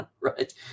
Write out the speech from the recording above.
right